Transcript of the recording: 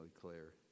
clear